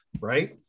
Right